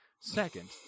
Second